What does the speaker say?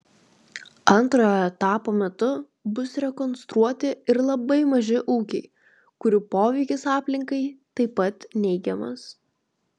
antrojo etapo metu bus rekonstruoti ir labai maži ūkiai kurių poveikis aplinkai taip pat neigiamas